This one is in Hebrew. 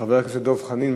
חבר הכנסת דב חנין.